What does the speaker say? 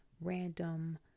random